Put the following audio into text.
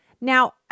Now